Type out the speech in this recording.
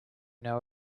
know